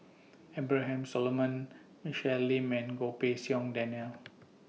Abraham Solomon Michelle Lim and Goh Pei Siong Daniel